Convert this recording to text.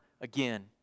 again